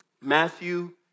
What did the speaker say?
Matthew